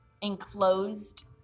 enclosed